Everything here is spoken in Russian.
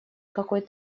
какой